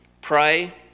Pray